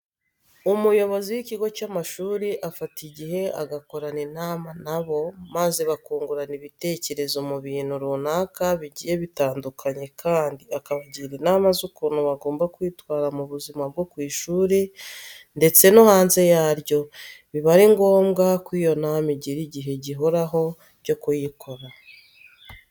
Umuyobozi w'ikigo cy'amashuri afata igihe agakorana inama na bo maze bakungurana ibitekerezo ku bintu runaka bigiye bitandukanye kandi akabagira inama z'ukuntu bagomba kwitwara mu buzima bwo ku ishuri ndetse no hanze yaryo. Biba ari ngombwa ko iyi nama igira igihe gihoraho cyo kuyikora.